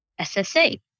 SSA